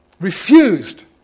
refused